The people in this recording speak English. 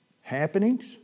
happenings